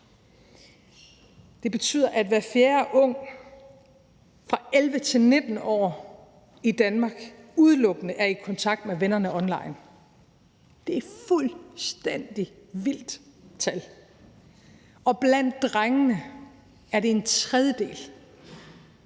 Det betyder, at hver fjerde ung fra 11-19 år i Danmark udelukkende er i kontakt med vennerne online. Det er et fuldstændig vildt tal. Og blandt drengene er det en tredjedel.